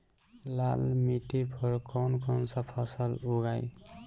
लाल मिट्टी पर कौन कौनसा फसल उगाई?